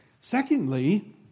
Secondly